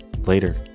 later